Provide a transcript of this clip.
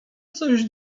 coś